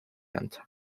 ancha